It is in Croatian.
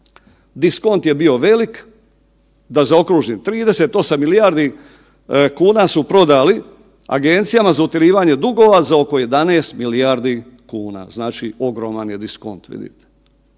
diskont je bio velik, da zaokružim 38 milijardi kuna su prodali agencijama za utjerivanje dugova za oko 11 milijardi kuna, znači ogroman je diskont vidite.